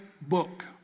book